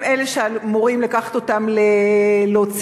הם אלה שאמורים להוציא אותם,